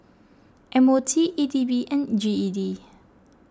M O T E D B and G E D